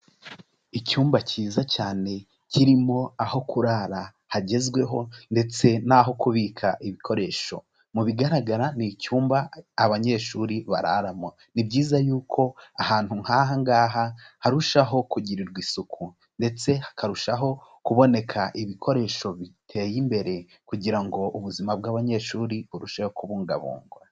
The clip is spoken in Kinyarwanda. Icyumba cyiza cyane kirimo aho kurara hagezweho ndetse n'aho kubika ibikoresho. Mu bigaragara ni icyumba abanyeshuri bararamo. Ni byiza yuko ahantu nk'aha ngaha harushaho kugirirwa isuku. Ndetse hakarushaho kuboneka ibikoresho biteye imbere. Kugira ngo ubuzima bw'abanyeshuri burusheho kubungabungwa.